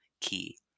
key